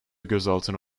gözaltına